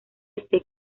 este